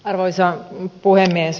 arvoisa puhemies